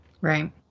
Right